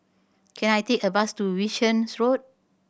can I take a bus to Wishart's Road